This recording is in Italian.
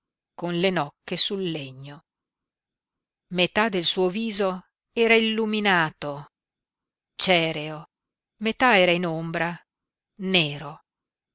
con le nocche sul legno metà del suo viso era illuminato cereo metà era in ombra nero